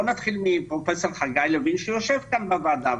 בוא נתחיל מפרופ' חגי לוין שיושב כאן בוועדה,